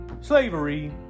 slavery